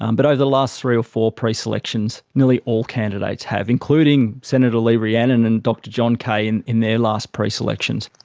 um but over the last three or four pre-selections nearly all candidates have, including senator lee rhiannon and dr john kaye in in their last pre-selections.